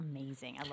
amazing